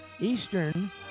Eastern